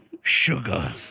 Sugar